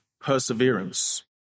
perseverance